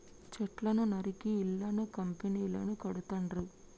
చెట్లను నరికి ఇళ్లను కంపెనీలను కడుతాండ్రు